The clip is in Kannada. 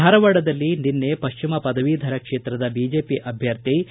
ಧಾರವಾಡದಲ್ಲಿ ನಿನ್ನೆ ಪಶ್ಚಿಮ ಪದವೀಧರ ಕ್ಷೇತ್ರದ ಬಿಜೆಪಿ ಅಭ್ವರ್ಥಿ ಎಸ್